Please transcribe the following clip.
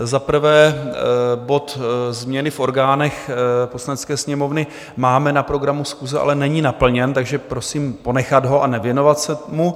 Za prvé bod Změny v orgánech Poslanecké sněmovny máme na programu schůze, ale není naplněn, takže prosím ponechat ho a nevěnovat se mu.